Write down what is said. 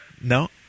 No